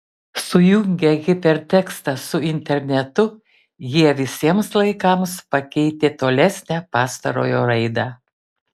sujungę hipertekstą su internetu jie visiems laikams pakeitė tolesnę pastarojo raidą